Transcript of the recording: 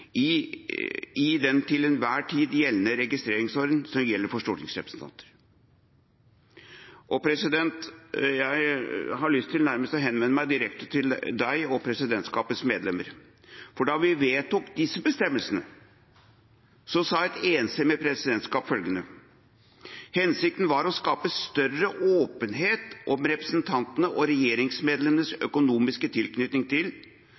interesser i den til enhver tid gjeldende registreringsordning for stortingsrepresentanter. Jeg har lyst til å henvende meg direkte til presidenten og presidentskapets medlemmer, for da vi vedtok disse bestemmelsene, sa et enstemmig presidentskap at formålet var å skape større åpenhet om representantenes og regjeringsmedlemmenes økonomiske tilknytning til,